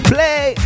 Play